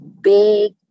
big